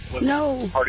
No